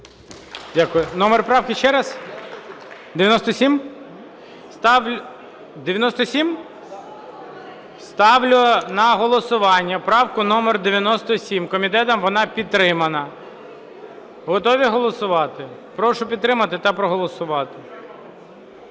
Дякую. Номер правки ще раз, 97? 97? Ставлю на голосування правку номер 97, комітетом вона підтримана. Готові голосувати? Прошу підтримати та проголосувати.